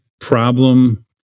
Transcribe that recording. problem